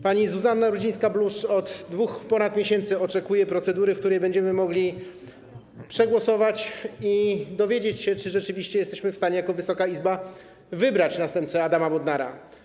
Pani Zuzanna Rudzińska-Bluszcz od ponad 2 miesięcy oczekuje na procedurę, w której będziemy mogli głosować i dowiedzieć się, czy rzeczywiście jesteśmy w stanie jako Wysoka Izba wybrać następcę Adama Bodnara.